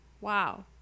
Wow